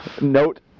Note